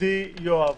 ידידי יואב,